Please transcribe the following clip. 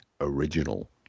original